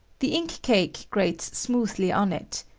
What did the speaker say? the ink-cake grates smoothly on it.